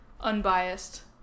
unbiased